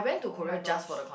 oh-my-gosh